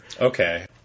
okay